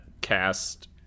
cast